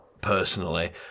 personally